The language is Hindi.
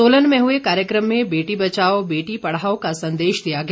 सोलन में हुए कार्यक्रम में बेटी बचाओ बेटी पढ़ाओ का संदेश दिया गया